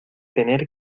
tener